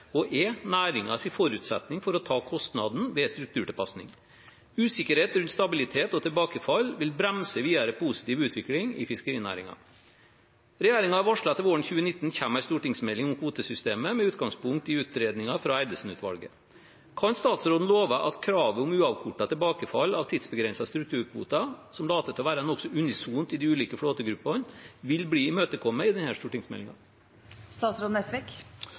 og er næringens forutsetning for å ta kostnaden ved strukturtilpasning. Usikkerhet rundt stabilitet og tilbakefall vil bremse videre positiv utvikling i fiskerinæringen. Regjeringen har varslet at våren 2019 kommer det en stortingsmelding om kvotesystemet, med utgangspunkt i utredningen fra Eidesen-utvalget. Kan statsråden love at kravet om uavkortet tilbakefall av tidsbegrensede strukturkvoter – som later til å være nokså unisont i de ulike flåtegruppene – vil bli imøtekommet i